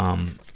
um,